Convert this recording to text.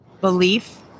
belief